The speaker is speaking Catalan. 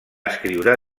escriure